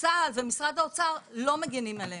צה"ל ומשרד האוצר לא מגנים עליהם,